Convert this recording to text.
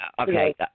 Okay